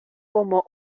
como